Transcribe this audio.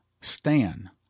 Stan